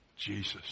Jesus